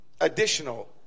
additional